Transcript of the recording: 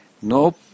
No